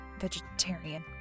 vegetarian